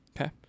Okay